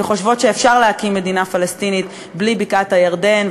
שחושבות שאפשר להקים מדינה פלסטינית בלי בקעת-הירדן,